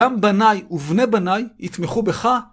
עם בני ובני בני יתמכו בך.